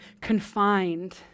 confined